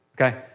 Okay